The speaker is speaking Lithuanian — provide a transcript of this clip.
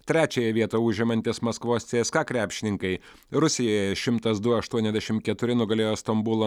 trečiąją vietą užimantys maskvos csk krepšininkai rusijoje šimtas du aštuoniasdešim keturi nugalėjo stambulo